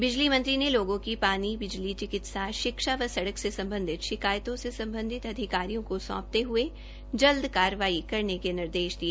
बिजली मंत्री ने लोगों की पानी बिजली चिकित्सा शिक्षा सडक़ से संबंधित शिकायतों को संबंधित अधिकारियों को सौंपते हुए जल्द कार्रवाई के निर्देश दिए